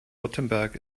württemberg